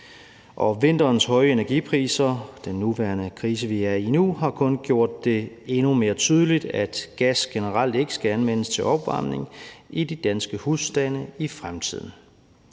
Vinterens høje energipriser og den krise, vi er i nu, har kun gjort det endnu mere tydeligt, at gas generelt ikke skal anvendes til opvarmning i de danske husstande i fremtiden.